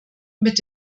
mit